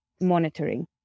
monitoring